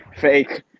Fake